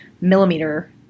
millimeter